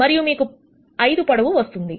మరియు మీకు 5 పొడవు వస్తుంది